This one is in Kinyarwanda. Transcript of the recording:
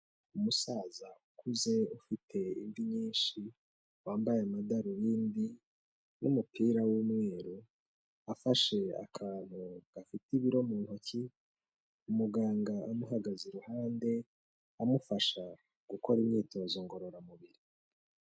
Umusaza ukuze ufite imvi nyinshi, wambaye amadarubindi n'umupira w'umweru, afashe akantu gafite ibiro mu ntoki, umuganga amuhagaze iruhande, amufasha gukora imyitozo ngororamubiri.